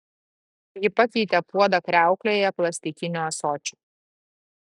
ji pakeitė puodą kriauklėje plastikiniu ąsočiu